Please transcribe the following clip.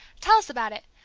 tell us about it.